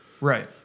right